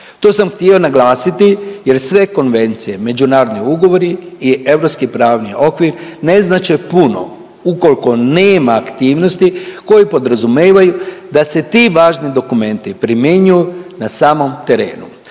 To sam htio naglasiti jer sve konvencije međunarodni ugovori i europski pravni okvir ne znače puno ukoliko nema aktivnosti koje podrazumevaju da se ti važni dokumenti primenjuju na samom terenu.